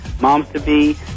Moms-to-be